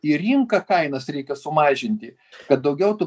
į rinką kainas reikia sumažinti kad daugiau tu